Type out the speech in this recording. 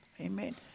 Amen